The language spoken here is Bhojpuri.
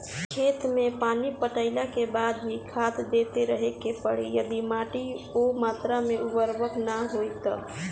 खेत मे पानी पटैला के बाद भी खाद देते रहे के पड़ी यदि माटी ओ मात्रा मे उर्वरक ना होई तब?